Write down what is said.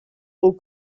aux